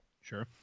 Sure